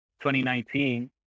2019